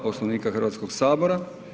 Poslovnika Hrvatskog sabora.